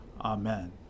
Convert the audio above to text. Amen